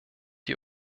die